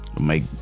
make